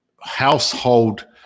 household